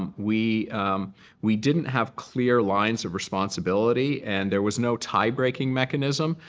um we we didn't have clear lines of responsibility. and there was no tie-breaking mechanism.